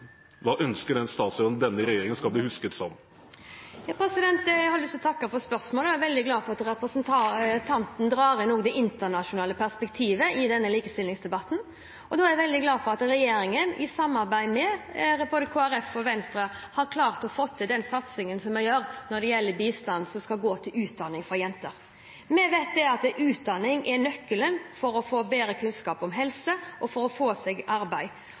Hva ønsker statsråden at denne regjeringen skal bli husket som? Jeg har lyst til å takke for spørsmålet. Jeg er veldig glad for at representanten også drar inn det internasjonale perspektivet i denne likestillingsdebatten. Jeg er veldig glad for at regjeringen, i samarbeid med både Kristelig Folkeparti og Venstre, har klart å få til den satsingen som vi gjør innen bistand som skal gå til utdanning av jenter. Vi vet at utdanning er nøkkelen til å få bedre kunnskap om helse og til å få seg arbeid.